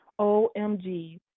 Omg